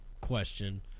question